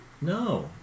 No